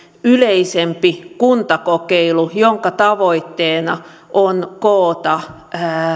yleisempi kuntakokeilu jonka tavoitteena on koota